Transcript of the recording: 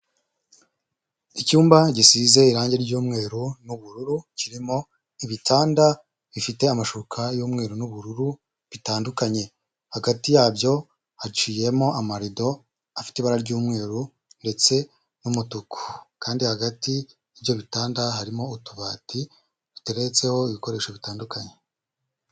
Icyumba gisize irange ry'umweru n'ubururu kirimo ibitanda bifite amashuka y'umweru n'ubururu bitandukanye, hagati yabyo haciyemo amarido afite ibara ry'umweru ndetse n'umutuku, kandi hagati y'ibyo bitanda harimo utubati duteretseho ibikoresho bitandukanye.